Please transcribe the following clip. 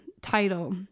title